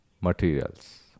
materials